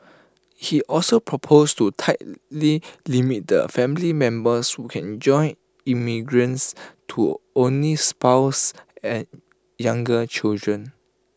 he also proposed to tightly limit the family members who can join immigrants to only spouses and younger children